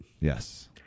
Yes